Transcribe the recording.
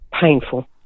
painful